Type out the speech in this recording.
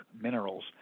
minerals